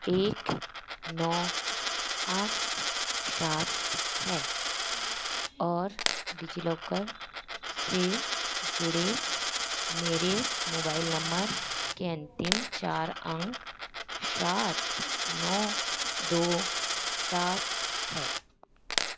एक नौ आठ सात है और डिजिलॉकर से जुड़े मेरे मोबाइल नंबर के अंतिम चार अंक सात नौ दो सात है